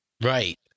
Right